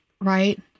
right